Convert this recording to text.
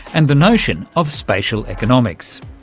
and the notion of spatial economics.